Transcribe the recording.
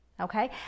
okay